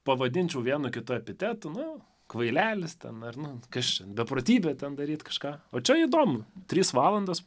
pavadinčiau vienu kitu epitetu nu kvailelis ten ar nu kas čia beprotybė ten daryt kažką o čia įdomu trys valandos